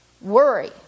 Worry